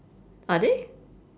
are they